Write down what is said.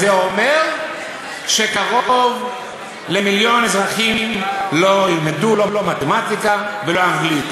זה אומר שקרוב למיליון אזרחים לא ילמדו לא מתמטיקה ולא אנגלית,